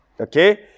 okay